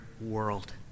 world